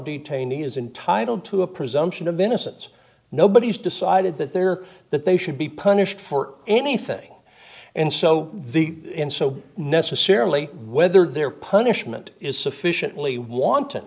detainee is entitle to a presumption of innocence nobody's decided that they are that they should be punished for anything and so the and so necessarily whether their punishment is sufficiently want